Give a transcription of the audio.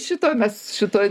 šito mes šito